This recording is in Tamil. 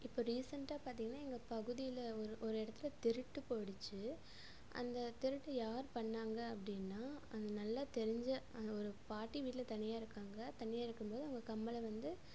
இப்போ ரீசெண்ட்டாக பார்த்திங்கனா எங்கள் பகுதியில் ஒரு ஒரு இடத்துல திருட்டு போயிடுச்சு அந்த திருட்டு யார் பண்ணிணாங்க அப்படின்னா அந்த நல்லா தெரிஞ்ச ஒரு பாட்டி வீட்டில் தனியாருக்காங்க தனியாகருக்கும் போது அவங்க கம்மலை வந்து